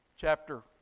chapter